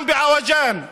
גם בעווג'אן,